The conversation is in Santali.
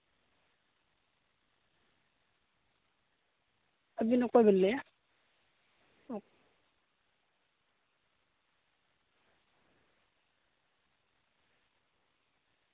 ᱟᱹᱵᱤᱱ ᱚᱠᱚᱭ ᱵᱤᱱ ᱞᱟᱹᱭᱮᱫᱼᱟ ᱚ